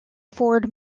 ford